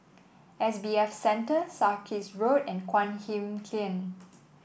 S B F Center Sarkies Road and Guan Huat Kiln